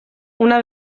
una